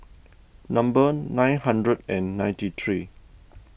number nine hundred and ninety three